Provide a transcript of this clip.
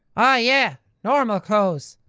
ah yeah, normal clothes.